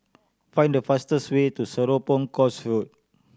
find the fastest way to Serapong Course Road